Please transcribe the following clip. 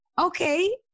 Okay